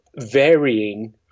varying